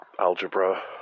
algebra